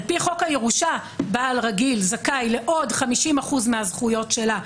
על פי חוק הירושה בעל רגיל זכאי לעוד 50% מהזכויות שלה.